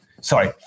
Sorry